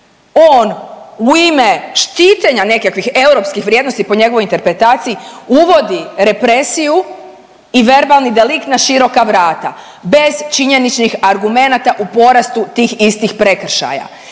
on u ime štitenja nekakvih europskih vrijednosti po njegovoj interpretaciji uvodi represiju i verbalni delikt na široka vrata bez činjeničnih argumenata u porastu tih istih prekršaja,